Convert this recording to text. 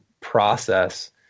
process